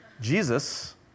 Jesus